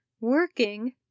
working